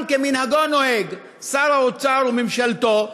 עולם כמנהגו נוהג: שר האוצר וממשלתו,